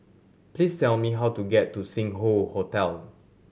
please tell me how to get to Sing Hoe Hotel